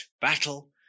battle